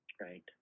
right